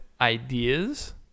ideas